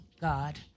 God